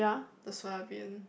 the soya bean